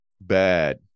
bad